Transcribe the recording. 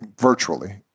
virtually